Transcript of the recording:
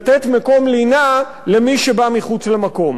לתת מקום לינה למי שבא מחוץ למקום.